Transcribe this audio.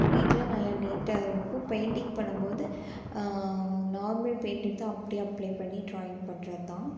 வீட்டில் நல்லா நீட்டாக இருக்கும் பெயிண்ட்டிங் பண்ணும்போது நார்மல் பெயிண்ட் எடுத்து அப்டி அப்ளை பண்ணி டிராயிங் பண்றதுத்தான்